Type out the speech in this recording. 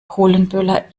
polenböller